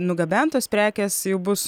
nugabentos prekės jau bus